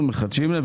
אנחנו מחדשים להם.